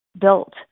built